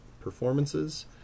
performances